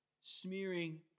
smearing